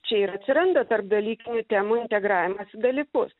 čia ir atsiranda tarpdalykinių temų integravimas į dalykus